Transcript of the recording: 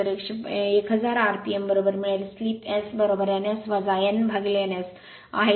तर 1000 RPM बरोबर मिळेल slip Sn S nn S आहे